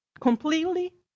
completely